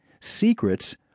secrets